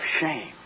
shame